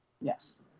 Yes